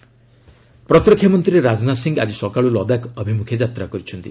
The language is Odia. ରାଜନାଥ ଲଦାଖ୍ ପ୍ରତିରକ୍ଷା ମନ୍ତ୍ରୀ ରାଜନାଥ ସିଂ ଆଜି ସକାଳୁ ଲଦାଖ ଅଭିମୁଖେ ଯାତ୍ରା କରିଛନ୍ତି